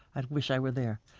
i wish i were there.